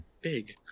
big